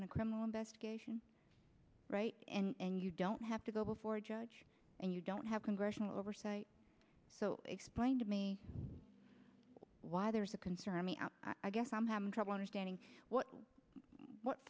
in a criminal investigation right and you don't have to go before a judge and you don't have congressional oversight so explain to me why there's a concern me out i guess i'm having trouble understanding what